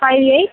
five eight